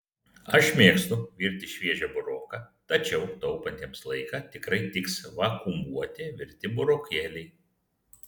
aš mėgstu virti šviežią buroką tačiau taupantiems laiką tikrai tiks vakuumuoti virti burokėliai